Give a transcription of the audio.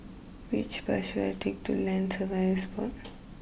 which bus should I take to Land Surveyors Board